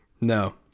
No